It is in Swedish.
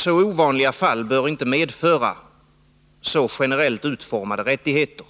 Så ovanliga fall bör inte medföra generellt utformade rättigheter